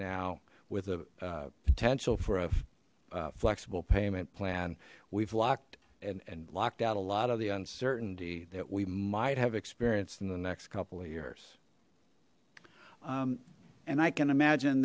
now with a potential for a flexible payment plan we've locked and and locked out a lot of the uncertainty that we might have experienced in the next couple of years and i can imagine